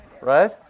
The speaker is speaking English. Right